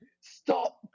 stop